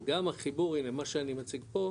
גם החיבור, מה שאני מציג פה,